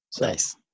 nice